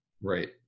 Right